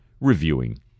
reviewing